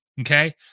okay